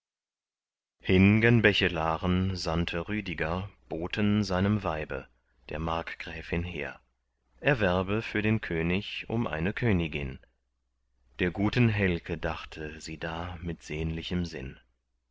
hin gen bechelaren sandte rüdiger boten seinem weibe der markgräfin hehr er werbe für den könig um eine königin der guten helke dachte sie da mit sehnlichem sinn